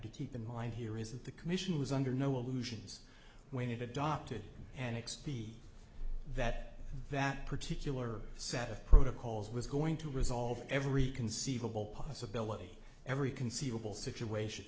to keep in mind here is that the commission was under no illusions when it adopted an expedient that that particular set of protocols was going to resolve every conceivable possibility every conceivable situation